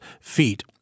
feet